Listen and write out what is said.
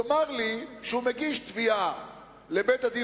יאמר לי שהוא מגיש תביעה לבית-הדין